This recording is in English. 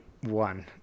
one